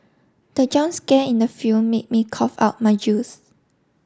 the jump scare in the film made me cough out my juice